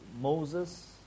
Moses